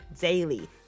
daily